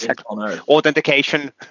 Authentication